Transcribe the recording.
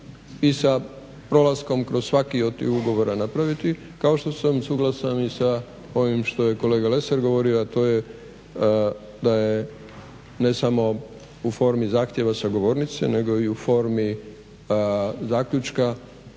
i sa prolaskom kroz svaki od ugovora napraviti, kao što sam suglasan i sa ovim što je kolega Lesar govorio, a to je da je ne samo u formi zahtjeva sa govornice, nego i u formi zaključka